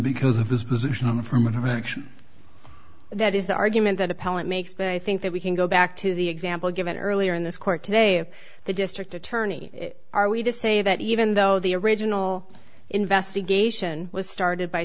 because of his position on affirmative action that is the argument that appellant makes but i think that we can go back to the example given earlier in this court today of the district attorney are we to say that even though the original investigation was started by